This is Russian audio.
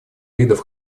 видов